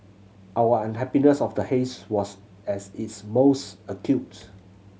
our unhappiness of the haze was at its most acute